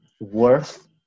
worth